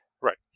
Right